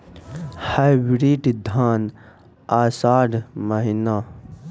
Hybrid धान आषाढ़ महीना?